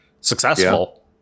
successful